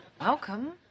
Welcome